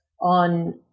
on